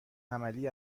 عملی